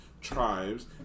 tribes